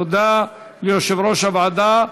תודה ליושב-ראש הוועדה.